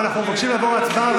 ואנחנו מבקשים לעבור להצבעה.